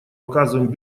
оказываем